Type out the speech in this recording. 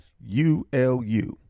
Ulu